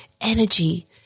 energy